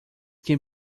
can